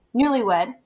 newlywed